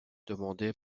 demandée